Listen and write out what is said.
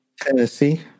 Tennessee